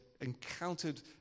encountered